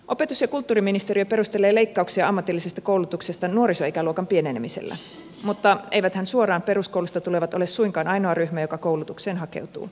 opetus ja kulttuuriministeriö perustelee leikkauksia ammatillisesta koulutuksesta nuorisoikäluokan pienenemisellä mutta eiväthän suoraan peruskoulusta tulevat ole suinkaan ainoa ryhmä joka koulutukseen hakeutuu